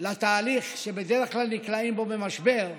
לתהליך שבדרך כלל נקלעים בו במשבר,